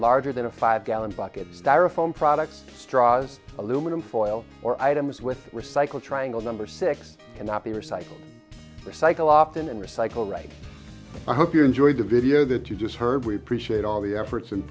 larger than a five gallon bucket styrofoam products straws aluminum foil or items with recycle triangle number six cannot be recycled i cycle often and recycle right i hope you enjoyed the video that you just heard we appreciate all the efforts